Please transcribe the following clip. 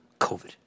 COVID